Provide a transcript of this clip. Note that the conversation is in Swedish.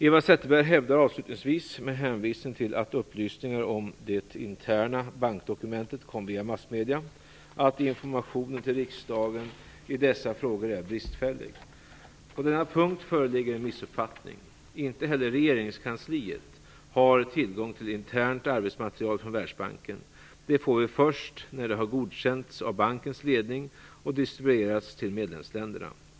Eva Zetterberg hävdar avslutningsvis, med hänvisning till att upplysningar om det interna bankdokumentet kom via massmedier, att informationen till riksdagen i dessa frågor är bristfällig. På denna punkt föreligger en missuppfattning. Inte heller regeringskansliet har tillgång till internt arbetsmaterial från Världsbanken. Det får vi först när det har godkänts av bankens ledning och distribuerats till medlemsländerna.